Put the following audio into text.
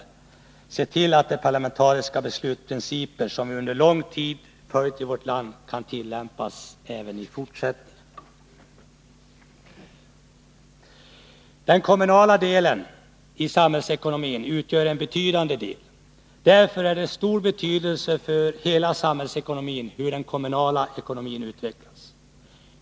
Vi måste se till att de parlamentariska beslutsprinciper som vi under lång tid har följt i vårt land kan tillämpas även i fortsättningen. Den kommunala andelen av samhällsekonomin är betydande. Därför har det stor betydelse för hela samhällsekonomin hur den kommunala ekonomin utvecklas.